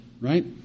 right